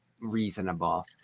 reasonable